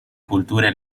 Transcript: culture